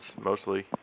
mostly